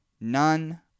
None